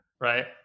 Right